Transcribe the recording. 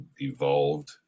evolved